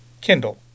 Kindle